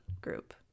group